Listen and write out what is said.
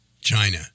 China